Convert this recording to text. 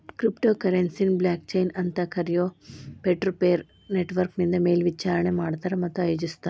crypto ಕರೆನ್ಸಿನ blockchain ಅಂತ್ ಕರಿಯೊ ಪೇರ್ಟುಪೇರ್ ನೆಟ್ವರ್ಕ್ನಿಂದ ಮೇಲ್ವಿಚಾರಣಿ ಮಾಡ್ತಾರ ಮತ್ತ ಆಯೋಜಿಸ್ತಾರ